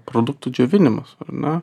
produktų džiovinimas ar ne